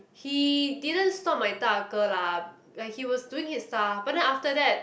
he didn't stop my 大哥 lah he was doing his stuff but then after that